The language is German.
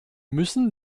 müssen